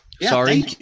Sorry